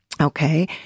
Okay